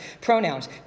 pronouns